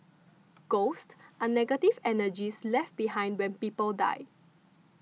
ghosts are negative energies left behind when people die